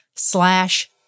slash